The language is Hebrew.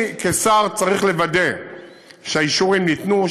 אני כשר צריך לוודא שהאישורים ניתנו,